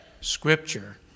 scripture